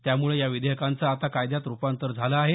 त्यामुळे या विधेयकांचं आता कायद्यात रुपांतर झालं आहे